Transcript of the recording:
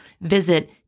Visit